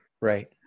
Right